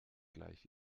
gleich